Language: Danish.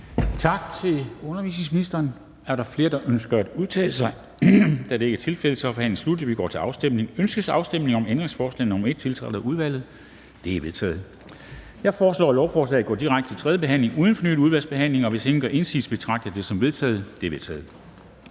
Tak til undervisningsministeren. Er der flere, der ønsker at udtale sig? Da det ikke er tilfældet, er forhandlingen slut, og vi går til afstemning. Kl. 13:11 Afstemning Formanden (Henrik Dam Kristensen): Ønskes afstemning om ændringsforslag nr. 1, tiltrådt af udvalget? Det er vedtaget. Jeg foreslår, at lovforslaget går direkte til tredje behandling uden fornyet udvalgsbehandling. Hvis ingen gør indsigelse, betragter jeg det som vedtaget. Det er vedtaget.